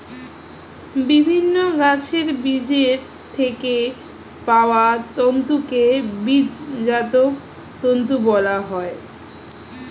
বিভিন্ন গাছের বীজের থেকে পাওয়া তন্তুকে বীজজাত তন্তু বলা হয়